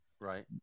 right